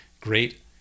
great